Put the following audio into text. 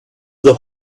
the